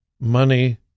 money